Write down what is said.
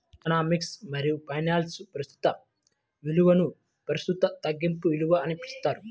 economics మరియుఫైనాన్స్లో, ప్రస్తుత విలువనుప్రస్తుత తగ్గింపు విలువ అని పిలుస్తారు